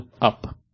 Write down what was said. Up